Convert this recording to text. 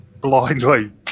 blindly